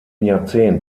jahrzehnt